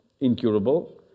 incurable